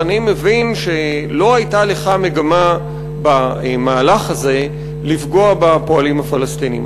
אני מבין שלא הייתה לך מגמה במהלך הזה לפגוע בפועלים הפלסטינים.